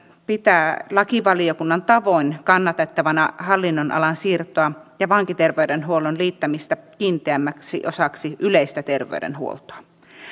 pitää lakivaliokunnan tavoin kannatettavana hallinnonalan siirtoa ja vankiterveydenhuollon liittämistä kiinteämmäksi osaksi yleistä terveydenhuoltoa